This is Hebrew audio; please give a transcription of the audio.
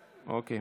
אוקיי.